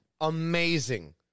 Amazing